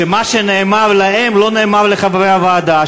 שמה שנאמר להם לא נאמר לחברי הוועדה,